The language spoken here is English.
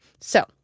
So-